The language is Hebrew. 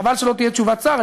חבל שלא תהיה תשובת שר,